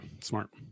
smart